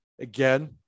Again